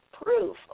proof